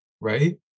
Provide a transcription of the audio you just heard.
right